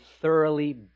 thoroughly